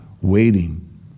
waiting